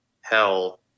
hell